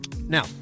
Now